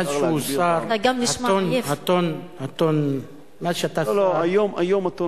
מאז שהוא שר, הטון, מאז שאתה שר,